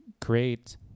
create